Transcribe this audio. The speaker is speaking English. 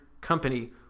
company